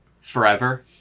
forever